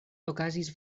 okazis